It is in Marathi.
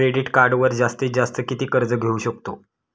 क्रेडिट कार्डवर जास्तीत जास्त किती कर्ज घेऊ शकतो?